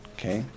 Okay